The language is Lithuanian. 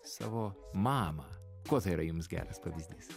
savo mamą kuo tai yra jums geras pavyzdys